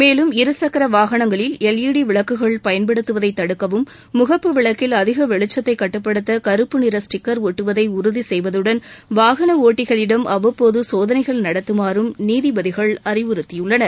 மேலும் இருசக்கர வாகனங்களில் எல்இயடி விளக்குகள் பயன்படுத்துவதை தடுக்கவும் முகப்பு விளக்கில் அதிக வெளிச்சத்தை கட்டுப்படுத்த கருப்புநிற ஸ்டிக்கர் ஆட்டுவதை உறுதி செய்வதுடன் வாகன ஒட்டிகளிடம் அவ்வப்போது சோதனைகள் நடத்தமாறும் நீதிபதிகள் அறிவுறுத்தியுள்ளனர்